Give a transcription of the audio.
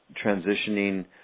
transitioning